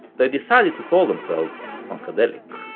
they decided to call themselves funkadelic